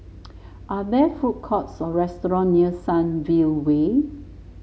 are there food courts or restaurant near Sunview Way